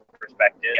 perspective